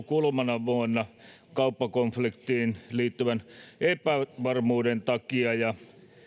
kuluvana vuonna kauppakonfliktiin liittyvän epävarmuuden takia ja